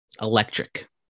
Electric